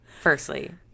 firstly